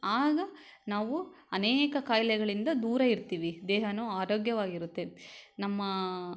ಆಗ ನಾವು ಅನೇಕ ಕಾಯಿಲೆಗಳಿಂದ ದೂರ ಇರ್ತೀವಿ ದೇಹಾನೂ ಆರೋಗ್ಯವಾಗಿರುತ್ತೆ ನಮ್ಮ